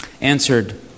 answered